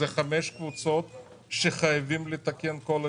אלו חמש קבוצות שחייבים לתקן את כל העיוותים.